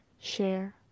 share